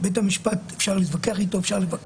שאפשר להתווכח עם בית המשפט,